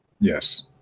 Yes